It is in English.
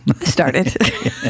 started